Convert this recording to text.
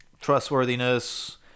trustworthiness